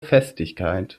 festigkeit